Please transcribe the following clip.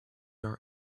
are